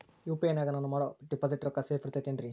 UPI ನಾಗ ನಾನು ಮಾಡೋ ಡಿಪಾಸಿಟ್ ರೊಕ್ಕ ಸೇಫ್ ಇರುತೈತೇನ್ರಿ?